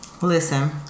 listen